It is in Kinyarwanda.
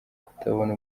kutabona